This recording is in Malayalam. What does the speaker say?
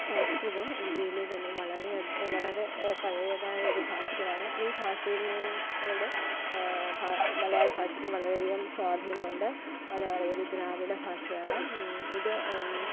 സംസ്കൃതം ഇന്ത്യയിലെ തന്നെ വളരെയധികം വളരെ പഴയതായ ഒരു ഭാഷയാണ് ഈ ഭാഷയിൽ നി ഓട് ഭ മലയാളഭാഷയ്ക്ക് വളരെയധികം സ്വാധീനമുണ്ട് മലയാളം ഒരു ദ്രാവിഡഭാഷയാണ് ഇത്